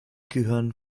gehören